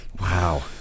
Wow